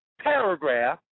paragraph